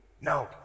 No